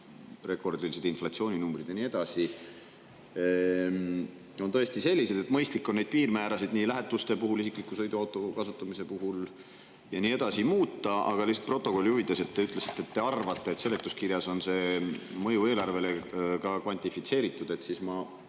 rekordilised inflatsiooninumbrid on tõesti sellised, et mõistlik on piirmäärasid lähetuste puhul, isikliku sõiduauto kasutamise puhul ja nii edasi muuta. Aga lihtsalt protokolli huvides: te ütlesite, et te arvate, et seletuskirjas on mõju eelarvele ka kvantifitseeritud, kuid ma